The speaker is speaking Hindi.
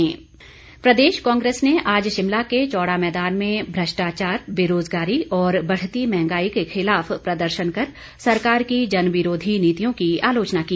कांग्रेस प्रदर्शन प्रदेश कांग्रेस ने आज शिमला के चौड़ा मैदान में भ्रष्टाचार बेरोजगारी और बढ़ती मंहगाई के खिलाफ प्रदर्शनकर सरकार की जनविरोधी नीतियों की आलोचना की